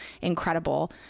incredible